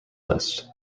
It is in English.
list